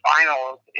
Finals